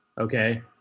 Okay